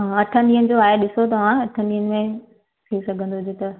हा अठनि ॾीहनि जो आहे ॾिसो तव्हां अठनि ॾींहनि में थी सघंदो हुजे त